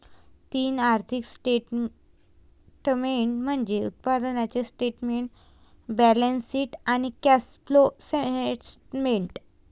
तीन आर्थिक स्टेटमेंट्स म्हणजे उत्पन्नाचे स्टेटमेंट, बॅलन्सशीट आणि कॅश फ्लो स्टेटमेंट